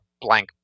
blank